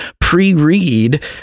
pre-read